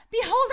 behold